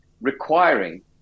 requiring